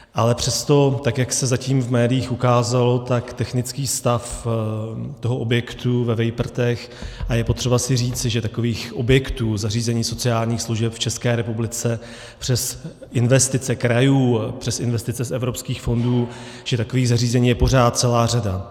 Ale přesto, jak se zatím v médiích ukázalo, technický stav toho objektu ve Vejprtech a je potřeba si říci, že takových objektů, zařízení sociálních služeb v České republice přes investice krajů, přes investice z evropských fondů, že takových zařízení je pořád celá řada.